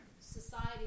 society